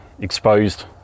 exposed